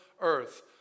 earth